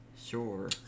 Sure